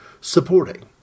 supporting